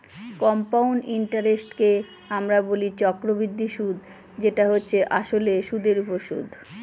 compound ইন্টারেস্টকে আমরা বলি চক্রবৃদ্ধি সুদ যেটা হচ্ছে আসলে সুধের ওপর সুদ